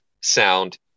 sound